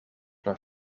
dan